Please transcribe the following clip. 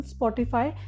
Spotify